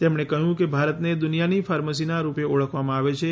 તેમણે કહ્યું કે ભારતને દુનિયાની ફાર્મસીના રૂપે ઓળખવામાં આવે છે